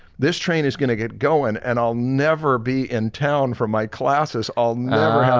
this train is gonna get going and i'll never be in town for my classes, i'll never have